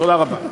תודה רבה.